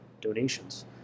donations